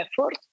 effort